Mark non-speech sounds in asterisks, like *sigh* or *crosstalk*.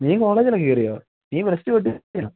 നീ കോളേജ്ലക്കെ കേറിയോ നീ പ്ലസ് ടു പൊട്ടിയ *unintelligible*